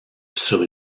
sur